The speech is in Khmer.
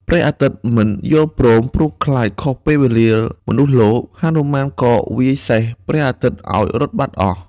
ព្រះអាទិត្យមិន យល់ព្រម ព្រោះខ្លាចខុសពេលវេលាមនុស្សលោក ហនុមានក៏វាយសេះព្រះអាទិត្យឱ្យរត់បាត់អស់។